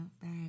bad